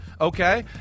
okay